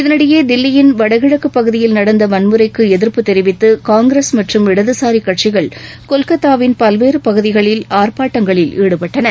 இதனிடையே தில்லியின் வடகிழக்கு பகுதியில் நடந்த வன்முறைக்கு எதிர்ப்பு தெரிவித்து காங்கிரஸ் மற்றும் இடதுசாரி கட்சிகள் கொல்கத்தாவின் பல்வேறு பகுதிகளில் ஆர்பாட்டங்களில் ஈடுபட்டன